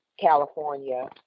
California